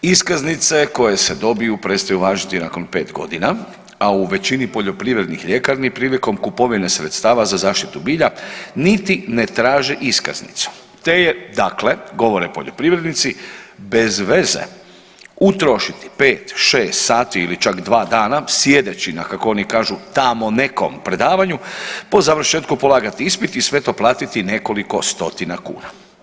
Iskaznice koje se dobiju prestaju važiti nakon 5 godina, a u većini poljoprivrednih ljekarni prilikom kupovine sredstava za zaštitu bilja niti ne traže iskaznicu te je dakle govore poljoprivrednici bez veze utrošiti 5, 6 sati ili čak 2 dana sjedeći na kako oni kažu tamo nekom predavanju, po završetku polagati ispit i sve to platiti nekoliko stotina kuna.